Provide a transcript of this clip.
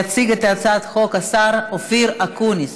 יציג את הצעת החוק השר אופיר אקוניס.